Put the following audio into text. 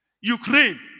Ukraine